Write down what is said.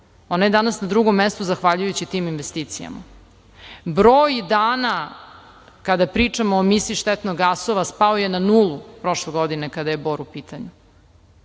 ona je danas na drugom mestu zahvaljujući tim investicijama. Broj dana kada pričamo o emisiji štetnih gasova spao je na nulu prošle godine kada je Bor u pitanju.